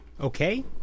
Okay